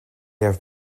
have